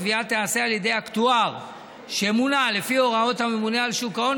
הקביעה תיעשה על ידי אקטואר שמונה לפי הוראות הממונה על שוק ההון,